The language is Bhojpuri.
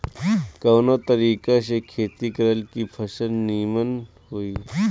कवना तरीका से खेती करल की फसल नीमन होई?